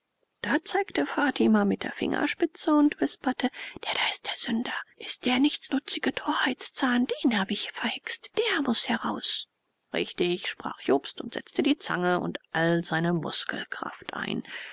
da zeigte fatima mit der fingerspitze und wisperte der da ist der sünder ist der nichtsnutzige torheitszahn den habe ich verhext der muß heraus richtig sprach jobst und setzte die zange und all seine muskelkraft daran ein